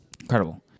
Incredible